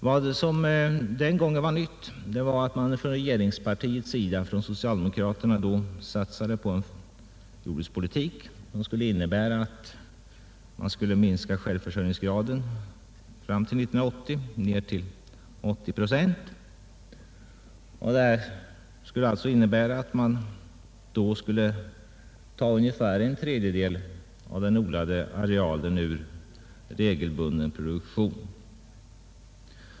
Vad som den gången var nytt var att regeringspartiet satsade på en jordbrukspolitik som skulle innebära minskning av självförsörjningsgraden ned till 80 procent fram till år 1980, varvid ungefär en tredjedel av den odlade arealen skulle tas ur regelbunden produktion.